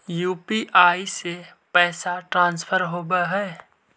UPI से पैसा transfer होवहै?